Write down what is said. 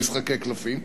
במשחקי קלפים,